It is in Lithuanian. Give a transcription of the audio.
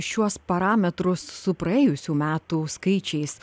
šiuos parametrus su praėjusių metų skaičiais